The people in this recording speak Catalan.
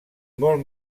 molt